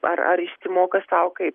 ar ar išsimoka sau kaip